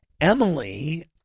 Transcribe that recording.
Emily